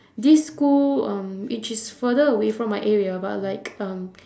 this school um which is further away from my area but like um